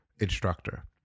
instructor